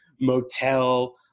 motel